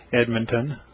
Edmonton